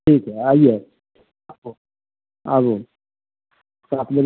ठीक है अइए आइए अपने